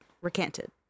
recanted